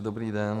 Dobrý den.